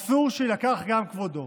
אסור שיילקח גם כבודו.